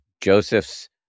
Joseph's